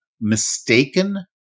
mistaken